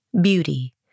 beauty